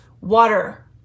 Water